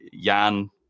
Jan